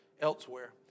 elsewhere